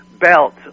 belt